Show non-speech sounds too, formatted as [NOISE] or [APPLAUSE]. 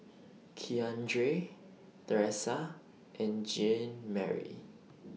[NOISE] Keandre Tresa and Jeanmarie [NOISE]